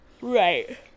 Right